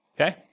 okay